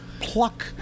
pluck